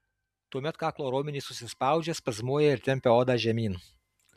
tuomet kaklo raumenys susispaudžia spazmuoja ir tempia odą žemyn